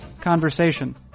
conversation